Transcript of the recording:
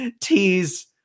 tease